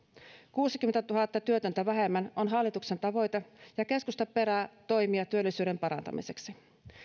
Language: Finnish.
kuusikymmentätuhatta työtöntä vähemmän on hallituksen tavoite ja keskusta perää toimia työllisyyden parantamiseksi